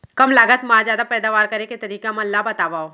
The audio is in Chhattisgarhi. कम लागत मा जादा पैदावार करे के तरीका मन ला बतावव?